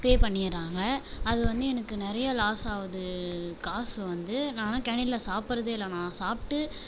பே பண்ணிடுறாங்க அது வந்து எனக்கு நிறைய லாஸ் ஆகுது காசு வந்து நான்லாம் கேன்டீனில் சாப்புடுறதே இல்லை நான் சாப்பிட்டு